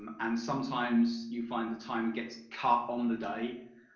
um and sometimes you'll find the time gets cut on the day.